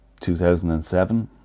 2007